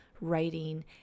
writing